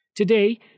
Today